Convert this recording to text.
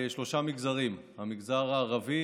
בשלושה מגזרים: המגזר הערבי,